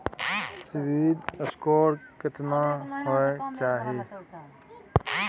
CIBIL score केतना होय चाही?